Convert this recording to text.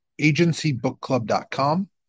agencybookclub.com